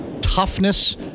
toughness